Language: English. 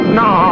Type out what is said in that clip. no